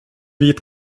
vit